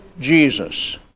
Jesus